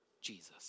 Jesus